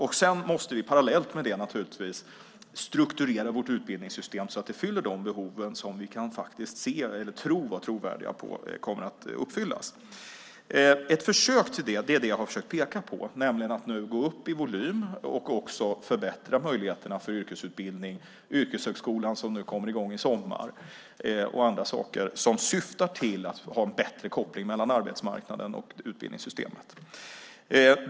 Vi måste också parallellt med detta naturligtvis strukturera vårt utbildningssystem så att det fyller de behov vi med någon trovärdighet tror kommer att uppfyllas. Ett försök till det är vad jag har försökt att peka på, nämligen att nu gå upp i volym och också förbättra möjligheterna för yrkesutbildning - yrkeshögskolan som kommer i gång i sommar och andra saker - som syftar till att ha en bättre koppling mellan arbetsmarknaden och utbildningssystemet.